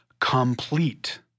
complete